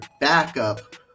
backup